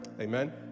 amen